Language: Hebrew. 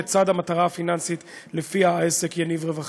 לצד המטרה הפיננסית שלפיה העסק יניב רווחים.